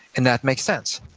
and that makes sense.